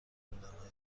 گلدانهای